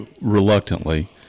reluctantly